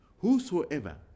whosoever